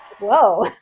whoa